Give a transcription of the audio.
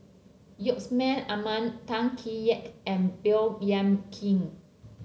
Yusman Aman Tan Kee Sek and Baey Yam Keng